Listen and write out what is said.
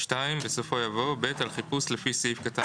(2)"בסופו יבוא: "(ב)על חיפוש לפי סעיף קטן